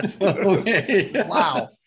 Wow